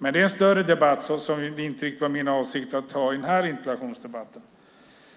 Men det är en större debatt som det inte riktigt var min avsikt att ta upp i den här interpellationsdebatten.